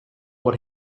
what